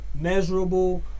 measurable